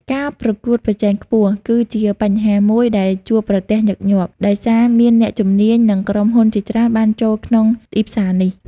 ការប្រកួតប្រជែងខ្ពស់ គឺជាបញ្ហាមួយដែលជួបប្រទះញឹកញាប់ ដោយសារមានអ្នកជំនាញ និងក្រុមហ៊ុនជាច្រើនបានចូលក្នុងទីផ្សារនេះ។